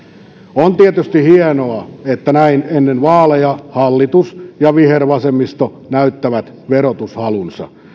on tietysti hienoa että näin ennen vaaleja hallitus ja vihervasemmisto näyttävät verotushalunsa